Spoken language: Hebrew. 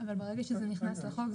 אבל ברגע שזה נכנס לחוק,